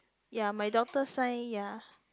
ya my doctor sign ya